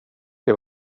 det